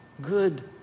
good